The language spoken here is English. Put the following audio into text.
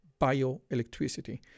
bioelectricity